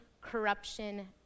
corruption